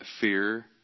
fear